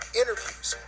interviews